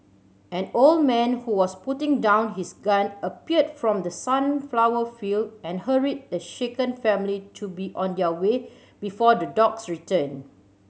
an old man who was putting down his gun appeared from the sunflower field and hurried the shaken family to be on their way before the dogs return